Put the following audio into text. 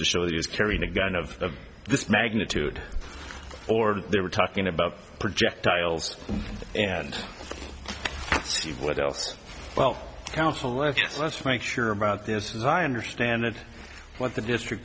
to show he was carrying a gun of this magnitude or they were talking about projectiles and steve what else well counsel left let's make sure about this as i understand it what the district